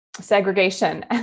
segregation